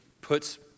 puts